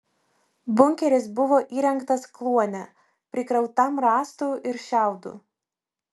bunkeris buvo įrengtas kluone prikrautam rąstų ir šiaudų